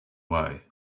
way